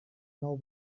now